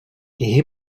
киһи